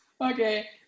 Okay